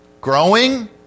growing